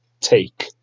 take